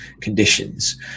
conditions